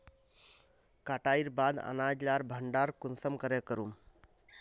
कटाईर बाद अनाज लार भण्डार कुंसम करे करूम?